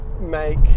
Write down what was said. make